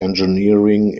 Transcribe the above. engineering